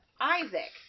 Isaac